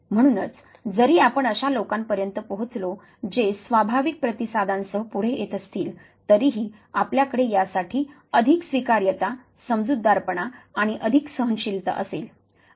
म्हणूनच जरी आपण अशा लोकांपर्यंत पोहोचलो जे स्वाभाविक प्रतिसादांसह पुढे येत असतील तरीही आपल्याकडे यासाठी अधिक स्वीकार्यता समजूतदारपणा आणि अधिक सहनशीलता असेल